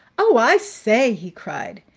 oh, i say! he cried.